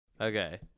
Okay